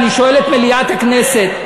ואני שואל את מליאת הכנסת,